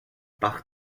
par